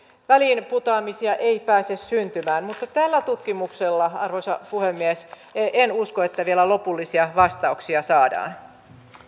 väliinputoamisia ei pääse syntymään mutta tällä tutkimuksella arvoisa puhemies en usko että vielä lopullisia vastauksia saadaan